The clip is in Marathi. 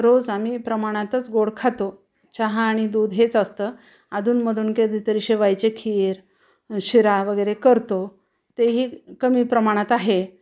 रोज आम्ही प्रमाणातच गोड खातो चहा आणि दूध हेच असतं अधूनमधून कधीतरी शेवायाचे खिर शिरावगैरे करतो तेही कमी प्रमाणात आहे